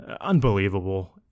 unbelievable